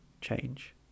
change